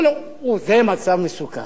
הוא אומר לו: זה מצב מסוכן.